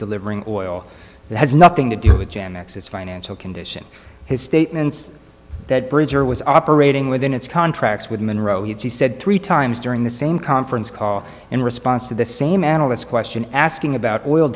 delivering oil that has nothing to do with jan x s financial condition his statements that bridger was operating within its contracts with monroe he said three times during the same conference call in response to the same analysts question asking about oil